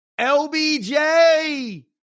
LBJ